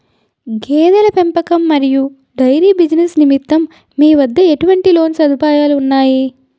గేదెల పెంపకం మరియు డైరీ బిజినెస్ నిమిత్తం మీ వద్ద ఎటువంటి లోన్ సదుపాయాలు ఉన్నాయి?